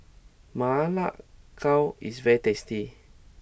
Ma Lai Gao is very tasty